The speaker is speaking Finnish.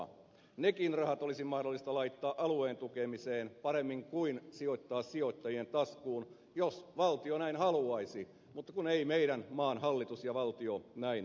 nekin rahat olisi mahdollista laittaa alueen tukemiseen paremmin kuin sijoittaa sijoittajien taskuun jos valtio näin haluaisi mutta kun ei meidän maan hallitus ja valtio näin halua